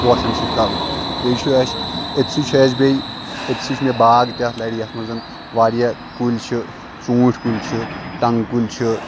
پوشن سۭتۍ کرُن بیٚیہِ چھُ اسہِ أتھسٕے چھُ اسہِ بیٚیہِ أتھسٕے چھُ مےٚ باغ تہِ اتھ لرِ یَتھ منٛز زَن واریاہ کُلۍ چھِ ژوٗنٹھۍ کُلۍ چھِ ٹنٛگ کُلۍ چھِ